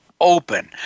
open